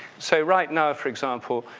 so, right now, for example,